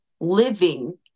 living